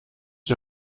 sie